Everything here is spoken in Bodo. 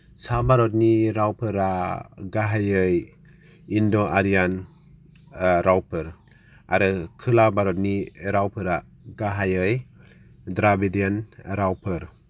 सा भारतनि रावफोरा गाहायै इण्ड' आर्यान ओ रावफोर आरो खोला भारतनि रावफोरा गाहायै द्राभिदियान रावफोर